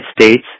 States